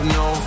no